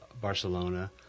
Barcelona